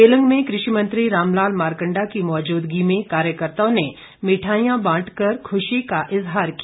केलंग में कृषि मंत्री रामलाल मारकंडा की मौजूदगी में कार्यकर्ताओं ने मिठाईयां बांटकर खुशी का इजहार किया